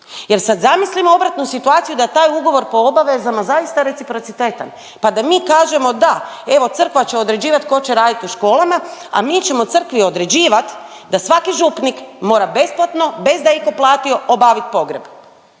Jer sad zamislimo obratnu situaciju da taj ugovor po obavezama zaista reciprocitetan pa da mi kažemo da evo crkva će određivat tko će radi u školama, a mi ćemo crkvi određivat da svaki župnik mora besplatno bez da je itko platio, obavit pogreb.